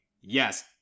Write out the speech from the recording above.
Yes